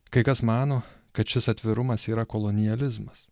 kai kas mano kad šis atvirumas yra kolonializmas